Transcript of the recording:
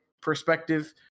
perspective